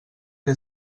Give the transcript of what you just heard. que